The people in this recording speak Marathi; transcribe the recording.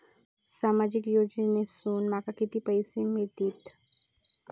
सामाजिक योजनेसून माका किती पैशे मिळतीत?